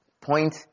Point